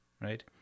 right